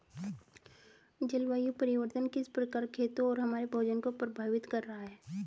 जलवायु परिवर्तन किस प्रकार खेतों और हमारे भोजन को प्रभावित कर रहा है?